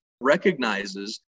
recognizes